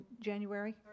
January